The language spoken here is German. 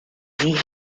sie